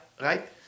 right